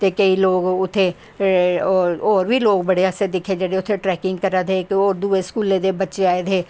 ते केंई लोग उत्थें होर बी लोग बड़े दिक्खे जेह्ड़े ट्रैकिंग करा दे हे होर दुऐं स्कूलें दे बच्चे आए दे हे